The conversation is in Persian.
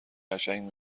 قشنگ